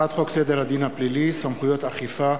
הצעת חוק סדר הדין הפלילי (סמכויות אכיפה,